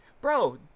bro